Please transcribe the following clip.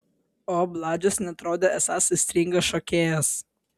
o bladžius neatrodė esąs aistringas šokėjas